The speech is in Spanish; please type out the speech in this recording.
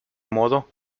modo